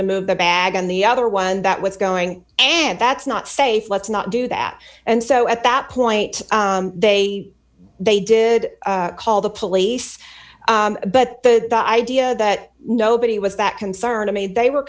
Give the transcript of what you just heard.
to move the bag on the other one that was going and that's not safe let's not do that and so at that point they they did call the police but the idea that nobody was that concerned i mean they were